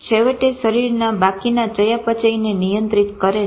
છેવટે શરીરના બાકીના ચયાપચયને નિયંત્રિત કરે છે